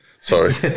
sorry